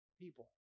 people